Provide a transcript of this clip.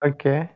Okay